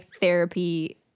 therapy